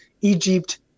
egypt